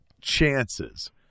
chances